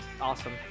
awesome